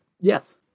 Yes